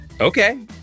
Okay